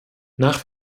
nach